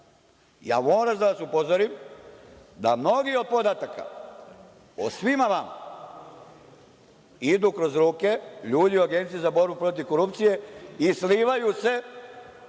itd? Moram da vas upozorim da mnogi od podataka o svima vama idu kroz ruke ljudi u Agenciji za borbu protiv korupcije i slivaju se…